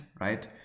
right